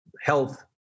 health